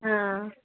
हां